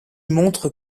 montre